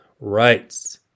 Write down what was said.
rights